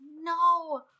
no